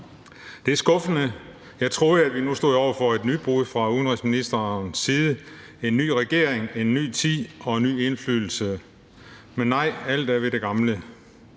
Det er skuffende. Jeg troede, at vi nu stod over for et nybrud fra udenrigsministerens side. En ny regering, en ny tid og en ny indflydelse. Men nej, alt er ved det gamle.